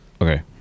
Okay